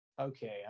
okay